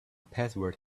password